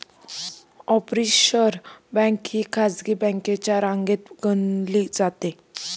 offshore bank ही खासगी बँकांच्या रांगेत गणली जाते